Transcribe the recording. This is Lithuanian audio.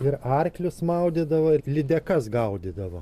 ir arklius maudydavo ir lydekas gaudydavo